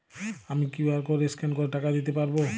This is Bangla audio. আমি কিউ.আর কোড স্ক্যান করে টাকা দিতে পারবো?